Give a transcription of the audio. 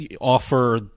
offer